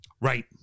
Right